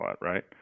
right